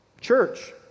church